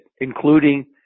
including